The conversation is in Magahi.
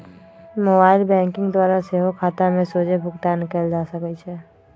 मोबाइल बैंकिंग द्वारा सेहो खता में सोझे भुगतान कयल जा सकइ छै